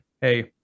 hey